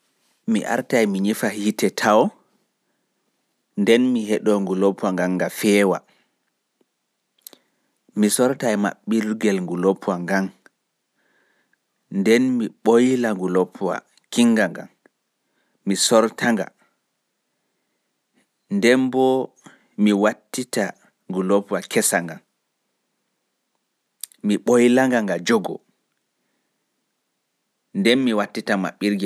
Mi artay mi nyifa hiite tawo, nden mi heɗoo ngulobwa ngan nga feewa, mi sortay maɓɓirgel ngulobwa ngan, nden mi ɓoyla ngulobwa kiinnga ngan, mi sorta-nga, nden boo mi wattita ngulobwa kesa ngan, mi ɓoya nga nga jogoo, nden mi wattita maɓɓirgel ngel.